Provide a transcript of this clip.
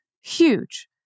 Huge